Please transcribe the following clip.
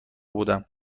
بودم